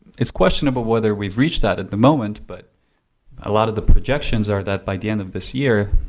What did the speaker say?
it's questionable whether we've reached that at the moment but a lot of the projections are that by the end of this year,